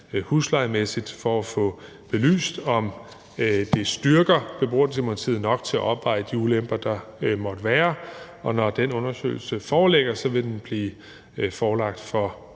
huslejemæssigt for at få belyst, om det styrker beboerdemokratiet nok til at opveje de ulemper, der måtte være. Når den undersøgelse foreligger, vil den blive forelagt for